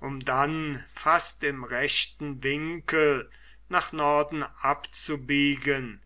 um dann fast im rechten winkel nach norden abzubiegen